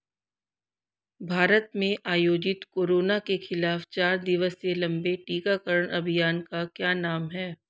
भारत में आयोजित कोरोना के खिलाफ चार दिवसीय लंबे टीकाकरण अभियान का क्या नाम है?